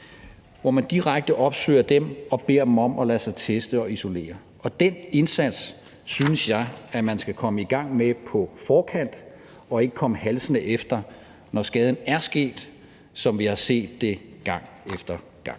for smitte endnu, opsøger dem og beder dem om at lade sig teste og isolere. Den indsats synes jeg man skal komme i gang med på forkant og ikke komme halsende efter, når skaden er sket, som vi har set det gang efter gang.